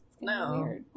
No